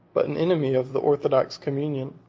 but an enemy of the orthodox communion,